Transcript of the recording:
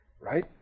Right